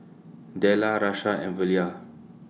Dellar Rashad and Velia